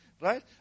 right